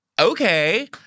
okay